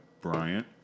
Bryant